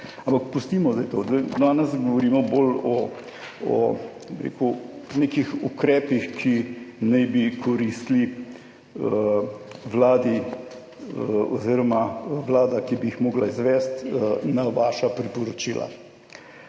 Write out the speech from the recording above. Ampak pustimo zdaj to, da danes govorimo bolj o, bi rekel, nekih ukrepih, ki naj bi koristili Vladi oziroma Vlada, ki bi jih mogla izvesti na vaša priporočila.